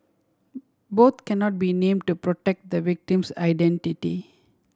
both cannot be named to protect the victim's identity